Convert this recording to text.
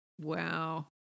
Wow